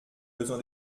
besoin